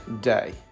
day